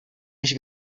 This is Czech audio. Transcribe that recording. než